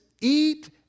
eat